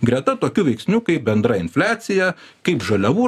greta tokių veiksnių kaip bendra infliacija kaip žaliavų